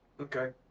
Okay